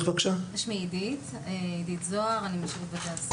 שמי עידית זוהר, אני משירות בתי הסוהר.